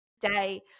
day